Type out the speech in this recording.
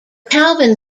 calvin